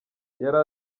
yari